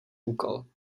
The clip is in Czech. úkol